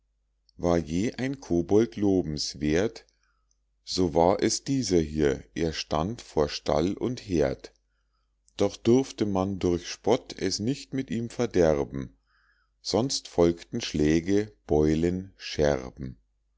war je ein kobold lobenswerth so war es dieser hier er stand vor stall und herd doch durfte man durch spott es nicht mit ihm verderben sonst folgten schläge beulen scherben